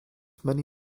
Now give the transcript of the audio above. many